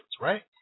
right